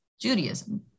Judaism